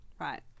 Right